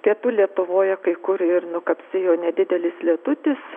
pietų lietuvoje kai kur ir nukapsėjo nedidelis lietutis